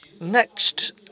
Next